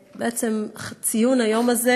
בעצם, לציון היום הזה